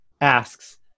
asks